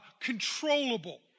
controllable